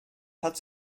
hat